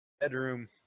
bedroom